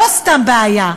לא סתם בעיה,